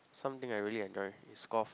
something I really enjoy is golf